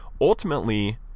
Ultimately